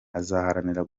azaharanira